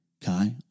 Kai